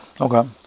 Okay